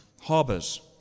harbors